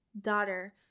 Daughter